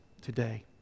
today